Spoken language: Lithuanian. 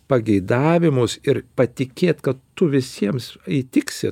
pageidavimus ir patikėt kad tu visiems įtiksi